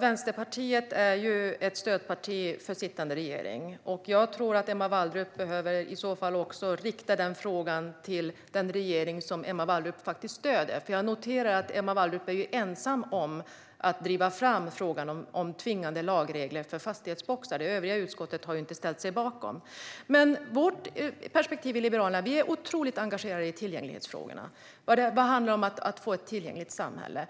Vänsterpartiet är ju ett stödparti för sittande regering. Jag tror att Emma Wallrup behöver rikta sin fråga till den regering som hon stöder. Jag noterar att hon är ensam om att driva frågan om tvingande lagregler för fastighetsboxar. Övriga utskottet har inte ställt sig bakom detta. Vi i Liberalerna är otroligt engagerade i tillgänglighetsfrågorna. Det handlar om att få ett tillgängligt samhälle.